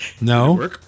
No